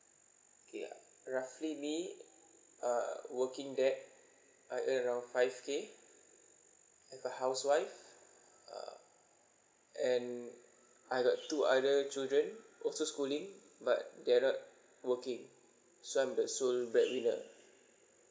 okay uh roughly me err working dad I earn around five K I got housewife uh and I got two other children also schooling but they are not working so I'm the sole breadwinner